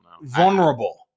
vulnerable